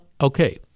okay